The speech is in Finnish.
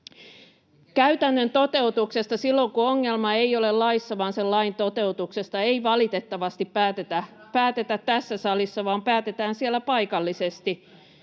Käytännön toteutuksesta silloin, kun ongelma ei ole laissa vaan sen lain toteutuksessa, ei valitettavasti päätetä tässä salissa, [Leena Meren välihuuto] vaan päätetään siellä paikallisesti,